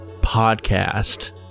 podcast